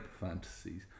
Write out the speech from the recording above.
fantasies